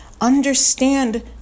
Understand